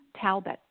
Talbot